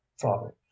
father